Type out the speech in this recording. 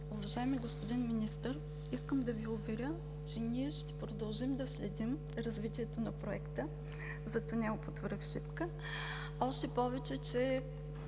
Уважаеми господин Министър! Искам да Ви уверя, че ние ще продължим да следим развитието на проекта за тунел под връх Шипка, още повече че